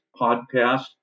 podcast